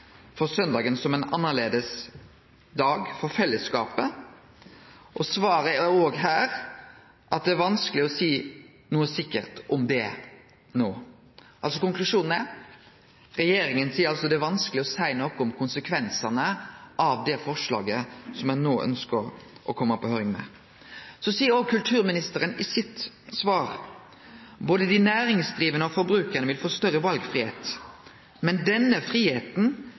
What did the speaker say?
for søndagen som ein annleis dag for fellesskapet. Svaret er òg her at det er det «vanskelig å si noe sikkert om nå». Altså er konklusjonen: Regjeringa seier at det er vanskeleg å seie noko om konsekvensane av det forslaget som ein no ønskjer å sende på høyring. Så seier òg kulturministeren i sitt svar: «Både de næringsdrivende og forbrukerne vil få større valgfrihet, men denne friheten